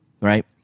right